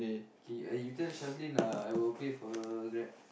okay uh you tell Shazlin uh I will pay for her Grab